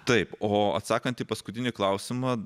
taip o atsakant į paskutinį klausimą